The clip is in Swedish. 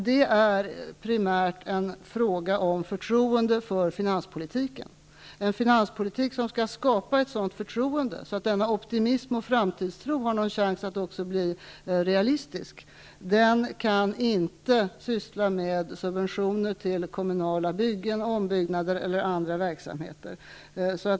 Det är primärt en fråga om förtroende för finanspolitiken. En finanspolitik som skall skapa ett sådant förtroende, så att denna optimism och framtidstro har någon chans att bli realistisk, kan inte syssla med subventioner till kommunala byggen, ombyggnader eller andra verksamheter.